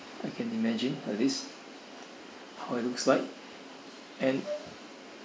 I can imagine at least how it looks like and